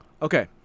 Okay